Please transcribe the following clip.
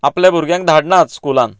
आपल्या भुरग्यांक धाडनात स्कुलान